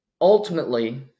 Ultimately